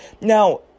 Now